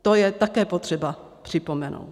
To je také potřeba připomenout.